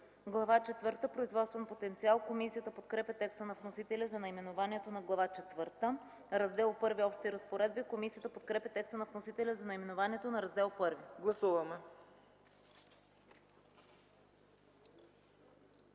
четвърта – Производствен потенциал”. Комисията подкрепя текста на вносителя за наименованието на Глава четвърта. „Раздел І – Общи разпоредби”. Комисията подкрепя текста на вносителя за наименованието на Раздел І.